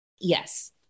Yes